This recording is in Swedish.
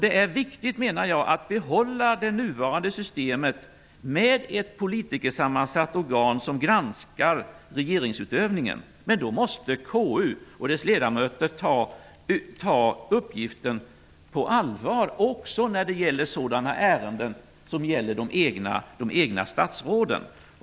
Det är viktigt, menar jag, att behålla det nuvarande systemet med ett politikersammansatt organ som granskar regeringsutövningen. Men då måste KU och dess ledamöter ta uppgiften på allvar också när det gäller sådana ärenden som berör de egna statsråden.